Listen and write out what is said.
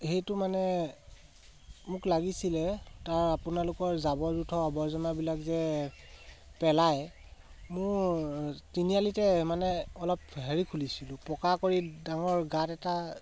সেইটো মানে মোক লাগিছিলে তাৰ আপোনালোকৰ জাবৰ জোঁথৰ অৱৰ্জনাবিলাক যে পেলাই মোৰ তিনিআলিতে মানে অলপ হেৰি খুলিছিলোঁ পকা কৰি ডাঙৰ গাঁত এটা